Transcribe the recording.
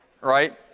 right